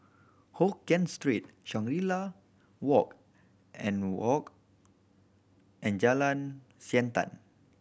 Hokkien Street Shangri La Walk and Walk and Jalan Siantan